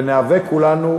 וניאבק כולנו,